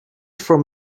from